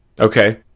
Okay